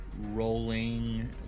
rolling